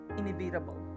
inevitable